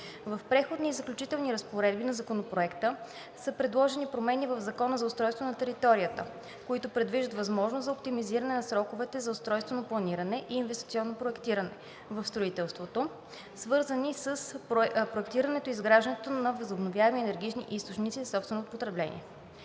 В Преходните и заключителните разпоредби на Законопроекта са предложени промени в Закона за устройство на територията, които предвиждат възможност за оптимизиране на сроковете за устройствено планиране и инвестиционно проектиране в строителството, свързани с проектирането и изграждането на възобновяеми енергийни източници за собствено потребление.